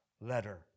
letter